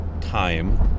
time